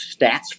stats